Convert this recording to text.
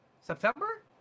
September